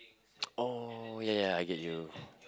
oh ya ya I get you